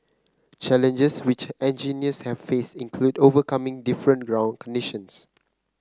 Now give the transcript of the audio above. challenges which engineers have faced include overcoming different ground conditions